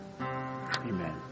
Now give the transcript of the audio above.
Amen